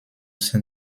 sein